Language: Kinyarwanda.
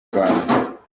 rwanda